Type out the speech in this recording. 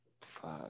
fuck